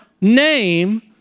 name